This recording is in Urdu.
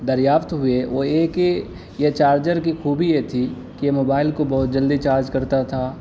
دریافت ہوئے وہ یہ کہ یہ چارجر کی خوبی یہ تھی کہ یہ موبائل کو بہت جلدی چارج کرتا تھا